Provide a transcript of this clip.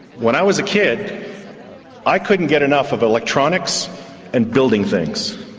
when i was a kid i couldn't get enough of electronics and building things.